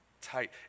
tight